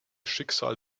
schicksal